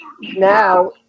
now